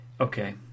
Okay